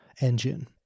engine